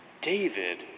David